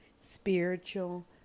spiritual